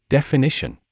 Definition